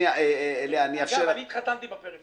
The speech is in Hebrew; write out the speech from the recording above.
דרך אגב, אני התחתנתי בפריפריה.